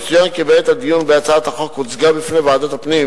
יצוין כי בעת הדיון בהצעת החוק הוצגה בפני ועדת הפנים